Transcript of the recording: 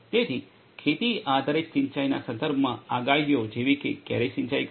તેથી ખેતી આધારિત સિંચાઈના સંદર્ભમાં આગાહીઓ જેવીકે ક્યારે સિંચાઈ કરવી